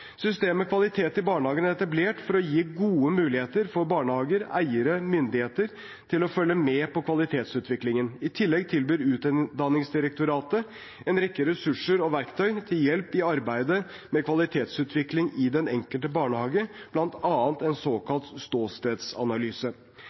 barnehager, eiere og myndigheter til å følge med på kvalitetsutviklingen. I tillegg tilbyr Utdanningsdirektoratet en rekke ressurser og verktøy til hjelp i arbeidet med kvalitetsutvikling i den enkelte barnehage, bl.a. en